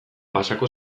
pasako